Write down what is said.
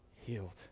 healed